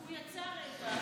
הוא יצא רגע.